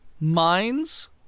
mines